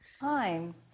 Time